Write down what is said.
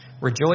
Rejoice